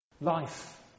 Life